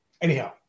Anyhow